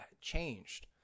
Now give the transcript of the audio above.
changed